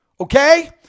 Okay